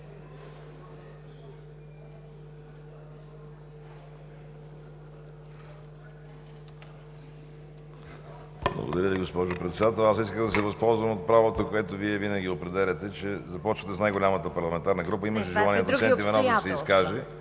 Благодаря Ви, госпожо Председател. Аз исках да се възползвам от правото, което Вие винаги определяте, че започвате с най-голямата парламентарна група и имах желание доцент